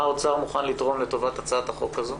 מה האוצר מוכן לתרום לטובת הצעת החוק הזו?